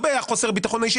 גם לא החוסר בביטחון אישי,